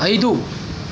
ಐದು